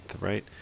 right